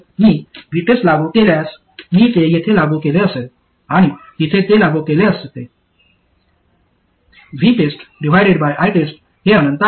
मी VTEST लागू केल्यास मी ते येथे लागू केले असते मी तिथे ते लागू केले असते VTESTITEST हे अनंत आहे